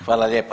Hvala lijepa.